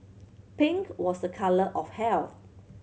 pink was a colour of health